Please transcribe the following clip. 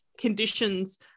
Conditions